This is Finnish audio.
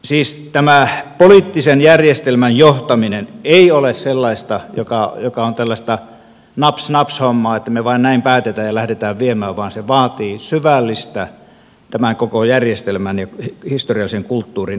siis tämä poliittisen järjestelmän johtaminen ei ole sellaista naps naps hommaa että me vain näin päätämme ja lähdemme viemään vaan se vaatii syvällistä tämän koko järjestelmän ja historiallisen kulttuurin ymmärtämistä